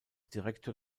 direktor